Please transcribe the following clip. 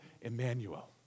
Emmanuel